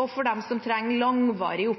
og for dem som trenger langvarig